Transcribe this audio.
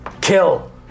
kill